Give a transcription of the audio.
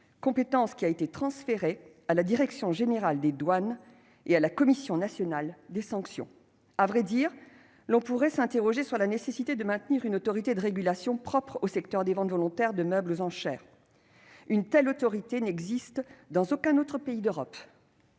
compétence qui a été transférée à la direction générale des douanes et à la Commission nationale des sanctions. À dire vrai, l'on pourrait s'interroger sur la nécessité de maintenir une autorité de régulation propre au secteur des ventes volontaires de meubles aux enchères. Une telle autorité n'existe dans aucun autre pays d'Europe.